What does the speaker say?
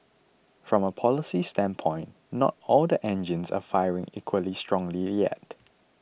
from a policy standpoint not all the engines are firing equally strongly yet